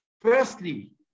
firstly